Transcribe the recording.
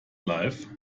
live